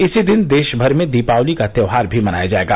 इसी दिन देशभर में दिपावली का त्यौहार भी मनाया जायेगा